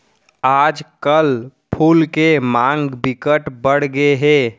आजकल फूल के मांग बिकट बड़ गे हे